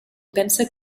pensa